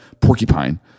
porcupine